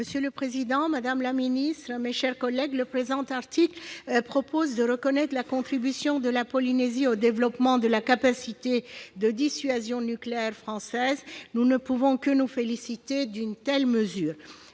Monsieur le président, madame la ministre, mes chers collègues, cet article reconnaît la contribution de la Polynésie au développement de la capacité de dissuasion nucléaire française : nous ne pouvons que nous féliciter d'une telle mesure.